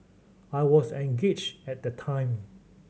I was engaged at that time